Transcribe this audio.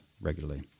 regularly